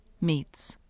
Meats